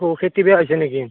অ খেতি বেয়া হৈছে নেকি